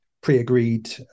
pre-agreed